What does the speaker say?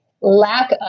lack